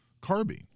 carbine